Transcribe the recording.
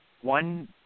one